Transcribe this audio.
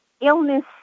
illness